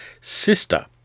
sister